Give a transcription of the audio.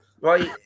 right